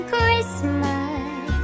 Christmas